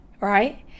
right